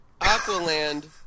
Aqualand